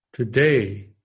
Today